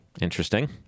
interesting